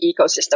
ecosystem